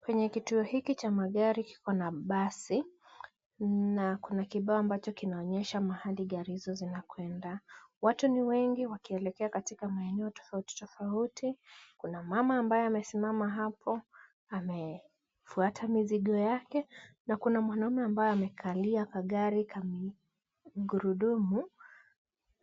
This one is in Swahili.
Kwenye kituo hiki cha magari kikona basi, na kuna kibao ambacho kinaonyesha mahali gari hizo zinakwenda. Watu ni wengi wakielekea katika maeneo tofauti tofauti. Kuna mama ambaye amesimama hapo, amefuata mizigo yake na kuna mwanaume ambaye amekalia kagari ka gurudumu